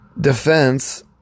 defense